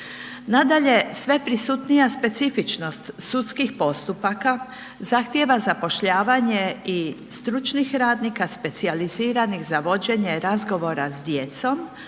Nadalje, sve prisutnija specifičnost sudskih postupaka zahtijeva zapošljavanje i stručnih radnika, specijaliziranih za vođenje razgovora s djecom